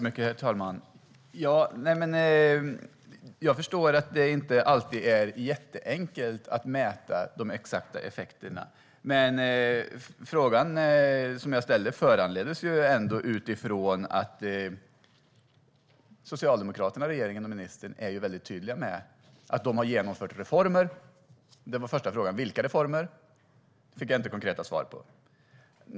Herr talman! Jag förstår att det inte alltid är jätteenkelt att mäta de exakta effekterna, men frågan som jag ställde föranleddes ändå av att Socialdemokraterna, regeringen och ministern är väldigt tydliga med att de har genomfört reformer. Min första fråga var då vilka reformer, men det fick jag inget konkret svar på.